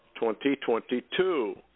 2022